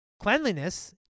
Cleanliness